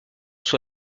sous